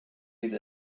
with